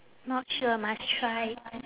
not sure must try